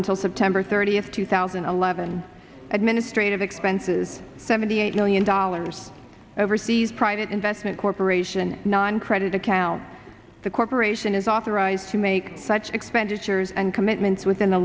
until september thirtieth two thousand and eleven administrative expenses seventy eight million dollars overseas private investment corporation noncredit account the corporation is authorized to make such expenditures and commitments within the